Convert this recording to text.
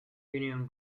union